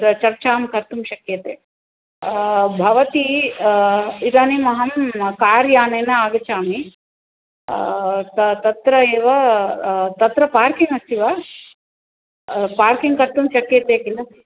च चर्चां कर्तुं शक्यते भवती इदानीम् अहं कार्यानेन आगच्छामि त तत्र एव तत्र पार्किङ्ग् अस्ति वा पार्किङ्ग् कर्तुं शक्यते किल